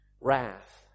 Wrath